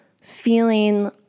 feeling